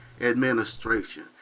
administration